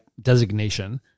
designation